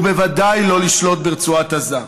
ובוודאי לא לשלוט ברצועת עזה.